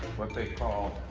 what they call